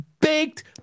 baked